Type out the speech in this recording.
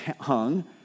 hung